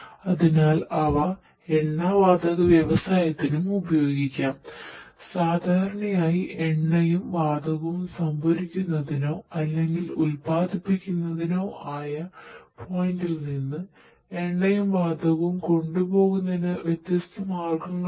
അതിനാൽ അവ എണ്ണ വാതക വ്യവസായത്തിനും ഉപയോഗിക്കാം സാധാരണയായി എണ്ണയും വാതകവും സംഭരിക്കുന്നതോ അല്ലെങ്കിൽ ഉൽപ്പാദിപ്പിക്കുന്നതോ ആയ പോയിന്റിൽ നിന്ന് എണ്ണയും വാതകവും കൊണ്ടുപോകുന്നതിന് വ്യത്യസ്ത മാർഗങ്ങളുണ്ട്